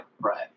Right